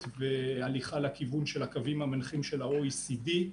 והליכה לכיוון של הקווים המנחים של ה-OECD.